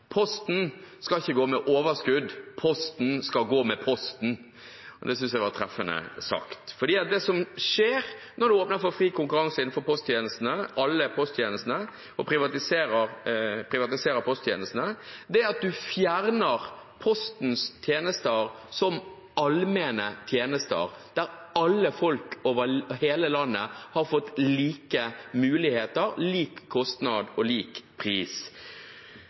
Posten skal ikke gå med overskudd, Posten skal gå med posten. Det syntes jeg var treffende sagt. For det som skjer når man åpner for fri konkurranse innenfor alle posttjenestene, og privatiserer posttjenestene, er at man fjerner Postens tjenester som allmenne tjenester, der alle folk over hele landet har hatt like muligheter, lik kostnad og lik pris.